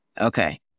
Okay